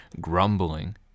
grumbling